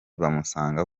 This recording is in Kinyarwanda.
bamusanga